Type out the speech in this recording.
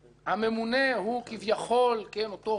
הממונה הוא כביכול אותו רמ"י,